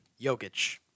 Jokic